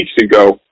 ago